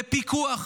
בפיקוח,